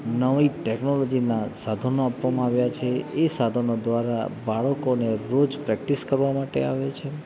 નવી ટેકનોલોજીના સાધનો આપવામાં આવ્યા છે એ સાધનો દ્વારા બાળકોને રોજ પ્રેક્ટિસ કરવા માટે આવે છે